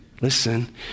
listen